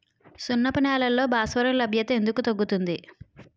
సున్నపు నేలల్లో భాస్వరం లభ్యత ఎందుకు తగ్గుతుంది?